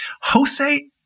Jose